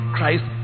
Christ